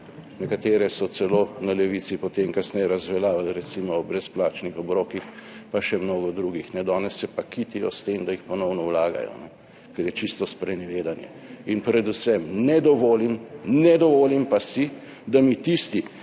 Nekatere so celo na Levici potem kasneje razveljavili, recimo o brezplačnih obrokih, pa še mnogo drugih, danes se pa kitijo s tem, da jih ponovno vlagajo, ker je čisto sprenevedanje. In predvsem ne dovolim, ne dovolim pa si, da mi tisti,